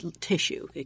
tissue